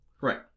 Right